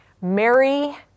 Mary